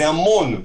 זה המון.